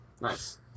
Nice